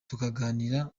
tukaganira